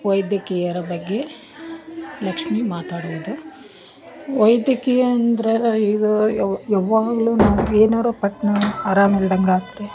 ವೈದ್ಯಕೀಯರ ಬಗ್ಗೆ ಲಕ್ಷ್ಮಿ ಮಾತಾಡುವುದು ವೈದ್ಯಕೀಯ ಅಂದರೆ ಈಗ ಯವ್ ಯಾವಾಗಲು ನಾವು ಏನಾರ ಪಟ್ಟಣ ಅರಾಮು ಇಲ್ದಂಗಾದರೆ